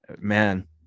man